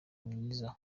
myiza